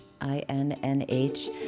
I-N-N-H